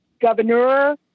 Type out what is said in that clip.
governor